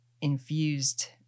infused